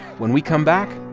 when we come back,